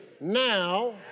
now